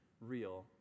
real